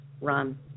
run